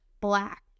black